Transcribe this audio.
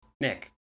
Nick